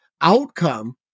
outcome